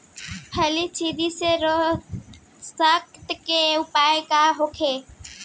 फली छिद्र से रोकथाम के उपाय का होखे?